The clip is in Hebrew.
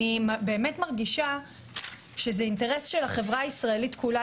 אני באמת מרגישה שלקדם את התכנית הזו זה אינטרס של החברה הישראלית כולה